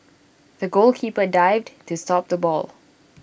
the goalkeeper dived to stop the ball